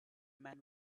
men